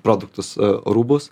produktus rūbus